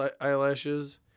eyelashes